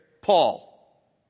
Paul